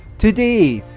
today,